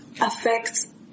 affects